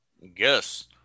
Yes